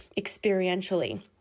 experientially